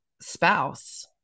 spouse